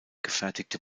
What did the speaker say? gefertigte